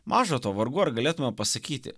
maža to vargu ar galėtume pasakyti